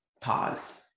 pause